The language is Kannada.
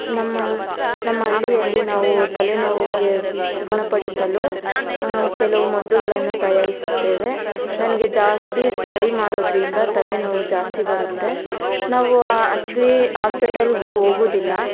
ನಮ್ಮ ನಮ್ಮ ಹಳ್ಳಿಯಲ್ಲಿ ನಾವು ತಲೆನೋವಿಗೆ ಗುಣಪಡಿಸಲು ಕೆಲವು ಮದ್ದುಗಳನ್ನು ತಯಾರಿಸುತ್ತೇವೆ ನನಗೆ ಜಾಸ್ತಿ ಸ್ಟಡಿ ಮಾಡೋದ್ರಿಂದ ತಲೆನೋವು ಜಾಸ್ತಿ ಬರುತ್ತೆ ನಾವು ಆ ಅಚ್ಚುಲಿ ಹಾಸ್ಪಿಟಲ್ಗೆ ಹೋಗುದಿಲ್ಲ